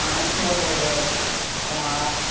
um i snowboarded a lot.